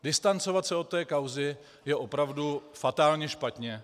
Distancovat se od této kauzy je opravdu fatálně špatně.